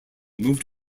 moved